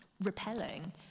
repelling